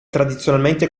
tradizionalmente